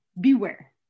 beware